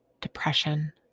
depression